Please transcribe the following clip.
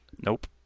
Nope